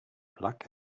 plug